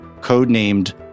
codenamed